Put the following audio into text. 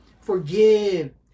Forgive